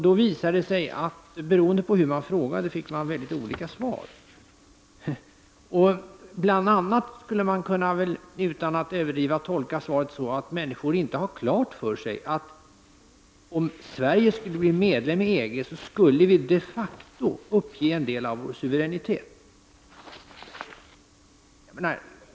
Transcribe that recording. Det visade sig att beroende på hur man frågade, fick man mycket olika svar. Utan att överdriva skulle man väl kunna tolka svaren så, att människor inte har klart för sig att vi de facto, om Sverige skulle bli medlem i EG, skulle uppge en del av vår suveränitet.